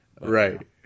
Right